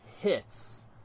hits